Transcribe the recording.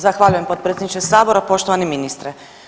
Zahvaljujem potpredsjedniče Sabora, poštovani ministre.